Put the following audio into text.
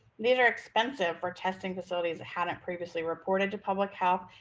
these are expensive for testing facilities hadn't previously reported to public health.